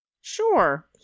Sure